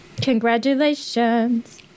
congratulations